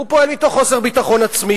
הוא פועל מתוך חוסר ביטחון עצמי,